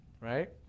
Right